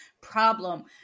problem